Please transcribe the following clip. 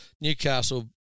Newcastle